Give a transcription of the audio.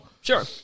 Sure